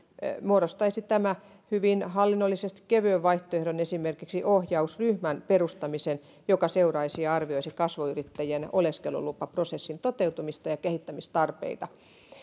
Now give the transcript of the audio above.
muodostaisi tämä hyvin hallinnollisesti kevyen vaihtoehdon esimerkiksi ohjausryhmän perustamisen joka seuraisi ja arvioisi kasvuyrittäjien oleskelulupaprosessin toteutumista ja kehittämistarpeita